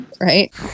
right